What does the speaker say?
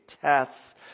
tests